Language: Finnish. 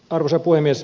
arvoisa puhemies